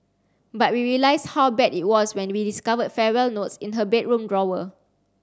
but we realised how bad it was when we discovered farewell notes in her bedroom drawer